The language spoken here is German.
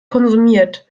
konsumiert